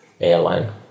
Airline